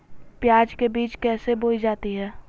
प्याज के बीज कैसे बोई जाती हैं?